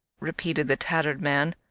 repeated the tattered man.